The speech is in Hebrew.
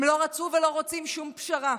הם לא רצו ולא רוצים שום פשרה,